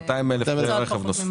200 אלף כלי רכב נוספו?